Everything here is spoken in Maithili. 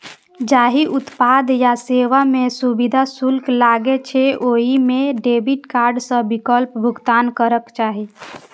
जाहि उत्पाद या सेवा मे सुविधा शुल्क लागै छै, ओइ मे डेबिट कार्ड सं बिलक भुगतान करक चाही